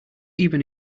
even